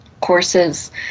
Courses